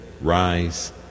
Rise